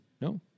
No